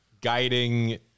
guiding